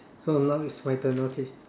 so now is my turn okay